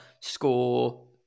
score